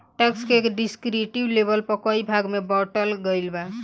tax के descriptive label पर कई भाग में बॉटल गईल बा